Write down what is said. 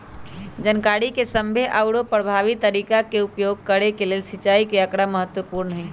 जनकारी के समझे आउरो परभावी तरीका के उपयोग करे के लेल सिंचाई के आकड़ा महत्पूर्ण हई